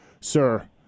sir